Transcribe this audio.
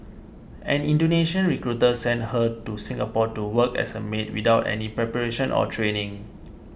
an Indonesian recruiter sent her to Singapore to work as a maid without any preparation or training